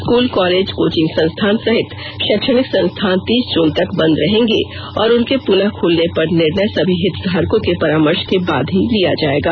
school college coaching संस्थान सहित शैक्षणिक संस्थान तीस जून तक बंद रहेंगे और उनके पुनरू खुलने पर निर्णय सभी हितधारकों के परामर्श के बाद ही लिया जाएगा